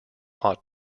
hot